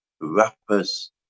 rappers